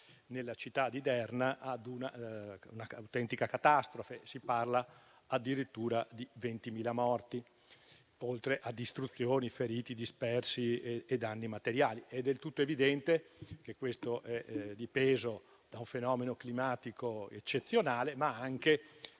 nella città di Derna, a un'autentica catastrofe (si parla addirittura di 20.000 morti, oltre a distruzioni, feriti, dispersi e danni materiali). È del tutto evidente che questo è dipeso da un fenomeno climatico eccezionale, ma anche,